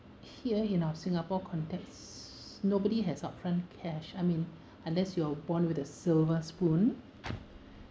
here in our singapore context nobody has upfront cash I mean unless you are born with a silver spoon